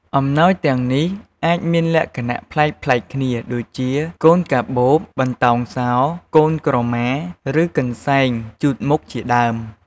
អំណោយទាំងនេះអាចមានលក្ខណៈប្លែកៗគ្នា ដូចជា កូនកាបូប បន្ដោងសោរ កូនក្រម៉ា ឬកន្សែងជូតមុខជាដើម។